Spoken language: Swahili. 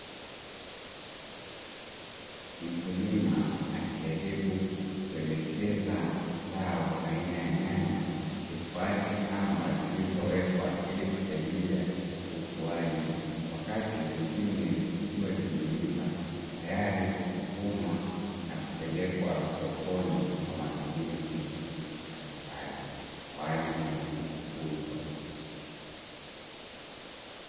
Mkulima akijaribu kuelekeza zao aina ya nyanya, lifate kamba zilizowekwa ili kusaidia ukuwaji, wakati zingine zikiwa zimeiva tayari kuvunwa na kupelekwa sokoni kwa matumizi mbalimbali kwa ajili ya kuuzwa.